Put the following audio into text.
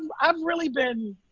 um i've really been